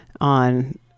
on